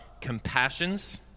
compassion's